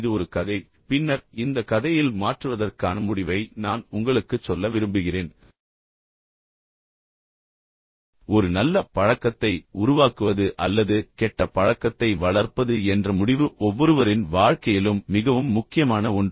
இது ஒரு கதை பின்னர் இந்த கதையில் மாற்றுவதற்கான முடிவை நான் உங்களுக்குச் சொல்ல விரும்புகிறேன் ஒரு நல்ல பழக்கத்தை உருவாக்குவது அல்லது கெட்ட பழக்கத்தை வளர்ப்பது என்ற முடிவு ஒவ்வொருவரின் வாழ்க்கையிலும் மிகவும் முக்கியமான ஒன்று